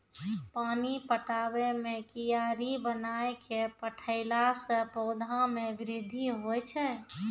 पानी पटाबै मे कियारी बनाय कै पठैला से पौधा मे बृद्धि होय छै?